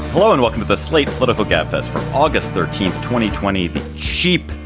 hello and welcome to the slate political gabfest for august thirteen. twenty twenty, the cheap,